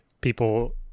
people